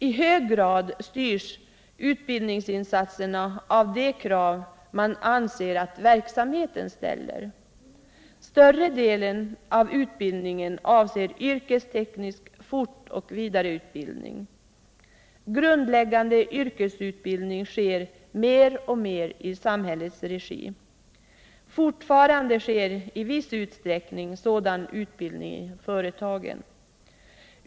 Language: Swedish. I hög grad styrs utbildningsinsatserna av de krav man anser att verksamheten ställer. Större delen av utbildningen avser yrkesteknisk fortoch vidareutbildning. Grundläggande yrkesutbildning sker mer och mer i samhällets regi. Fortfarande sker i viss utsträckning sådan utbildning i företagen.